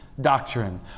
doctrine